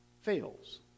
Fails